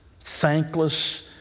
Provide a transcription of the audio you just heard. thankless